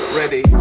ready